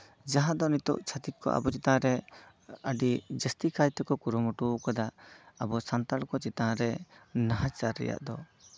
ᱡᱟᱦᱟᱸ ᱫᱚ ᱱᱤᱛᱚᱜ ᱪᱷᱟᱛᱤᱠ ᱠᱚ ᱟᱵᱚ ᱠᱚ ᱪᱮᱛᱟᱱᱨᱮ ᱟᱹᱰᱤ ᱡᱟᱹᱥᱛᱤ ᱠᱟᱭ ᱛᱮᱠᱚ ᱠᱩᱨᱢᱩᱴᱩ ᱠᱟᱫᱟ ᱟᱵᱚ ᱥᱟᱱᱛᱟᱲ ᱠᱚ ᱪᱮᱛᱟᱱ ᱨᱮ ᱱᱟᱦᱟᱪᱟᱨ ᱨᱮᱭᱟᱜ ᱫᱚ